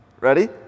ready